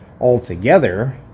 altogether